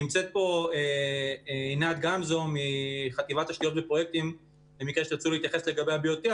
נמצאת פה עינת גמזו מחטיבת תשתיות ופרויקטים למקרה שתרצו להתייחס ל-BOT.